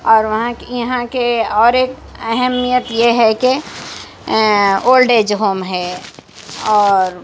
اور وہاں یہاں کے اور ایک اہمیت یہ ہے کہ اولڈ ایج ہوم ہے اور